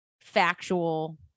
factual